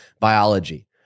biology